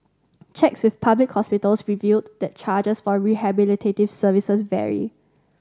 checks with public hospitals revealed that charges for rehabilitative services vary